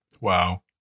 Wow